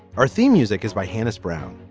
our theme music is by hannah's brown.